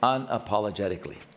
Unapologetically